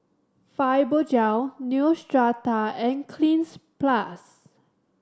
Fibogel Neostrata and Cleanz Plus